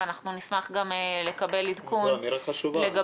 ואנחנו נשמח לקבל עדכון לגבי --- זאת אמירה חשובה.